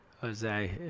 Jose